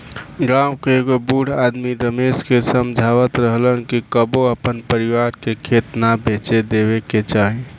गांव के एगो बूढ़ आदमी रमेश के समझावत रहलन कि कबो आपन परिवार के खेत ना बेचे देबे के चाही